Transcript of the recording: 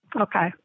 Okay